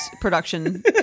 production